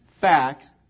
facts